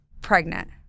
Pregnant